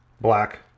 black